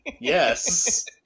Yes